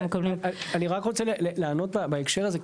אני רק רוצה לענות בהקשר הזה.